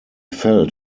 felt